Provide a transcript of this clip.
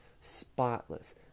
spotless